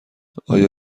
آیا